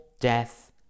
death